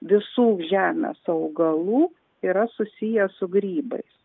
visų žemės augalų yra susiję su grybais